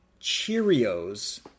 Cheerios